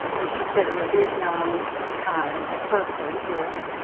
and she said in the vietnam time at berkley where it was,